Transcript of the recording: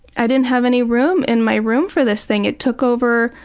i didn't have any room in my room for this thing. it took over.